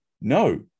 no